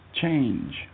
change